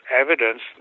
evidence